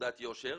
בתעודת יושר.